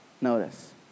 Notice